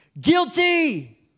Guilty